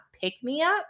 pick-me-up